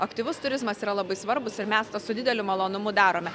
aktyvus turizmas yra labai svarbūs ir mes tą su dideliu malonumu darome